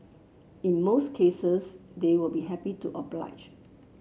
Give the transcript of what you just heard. in most cases they will be happy to oblige